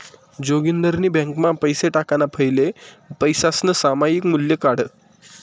जोगिंदरनी ब्यांकमा पैसा टाकाणा फैले पैसासनं सामायिक मूल्य काढं